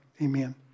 amen